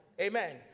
Amen